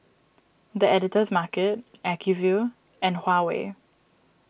the Editor's Market Acuvue and Huawei